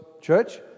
church